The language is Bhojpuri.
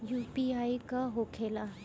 यू.पी.आई का होखेला?